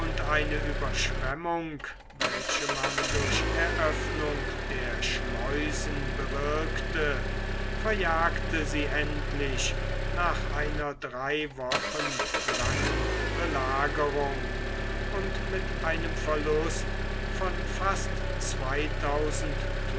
eine ueberschwemmung welche man durch eröffnung der schleußen bewirkte verjagte sie endlich nach einer drei wochen langen belagerung und mit einem verluste von fast zweitausend